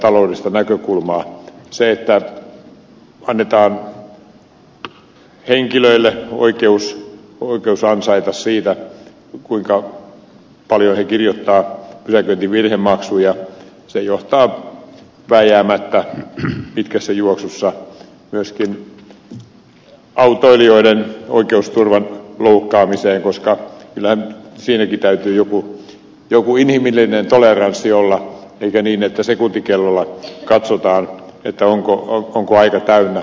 se että annetaan henkilöille oikeus ansaita siitä kuinka paljon he kirjoittavat pysäköintivirhemaksuja johtaa vääjäämättä pitkässä juoksussa myöskin autoilijoiden oikeusturvan loukkaamiseen koska kyllähän siinäkin täytyy joku inhimillinen toleranssi olla eikä niin että sekuntikellolla katsotaan onko aika täynnä